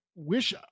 Wish